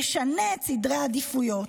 נשנה את סדרי העדיפויות.